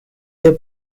their